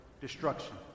destruction